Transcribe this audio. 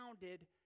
founded